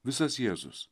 visas jėzus